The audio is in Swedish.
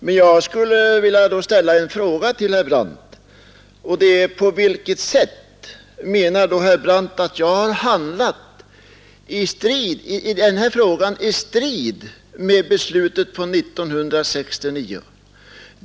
Men jag skulle då vilja fråga herr Brandt, på vilket sätt menar herr Brandt att jag i denna fråga har handlat i strid mot beslutet från 1969.